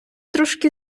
трошки